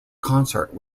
concert